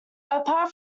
apart